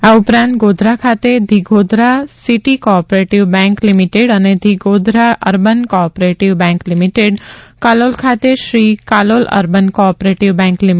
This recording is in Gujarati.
આ ઉપરાંત ગોધરા ખાતે the Godhra city cooperative bank limited અને the Godhra urban cooperative bank limited Kalol ખાતે Shri Kalol urban cooperative bank લિ